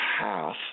half